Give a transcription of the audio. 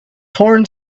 torn